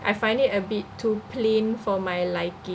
I find it a bit too plain for my liking